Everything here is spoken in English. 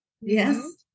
Yes